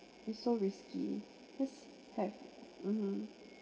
it's so risky cause have mmhmm